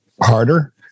harder